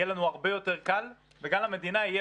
יהיה לנו הרבה יותר קל וגם למדינה יהיה